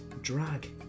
drag